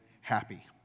happy